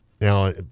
Now